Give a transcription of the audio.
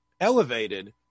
elevated